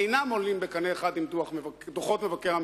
אינן עולות בקנה אחד עם דוחות מבקר המדינה.